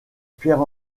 pierre